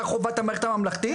מה חובת המערכת הממלכתית,